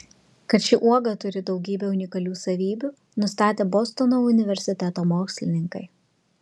kad ši uoga turi daugybę unikalių savybių nustatė bostono universiteto mokslininkai